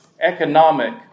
economic